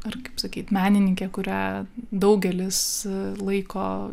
ar kaip sakyt menininkė kurią daugelis laiko